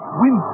win